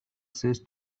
says